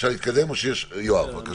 יואב, בבקשה.